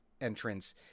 entrance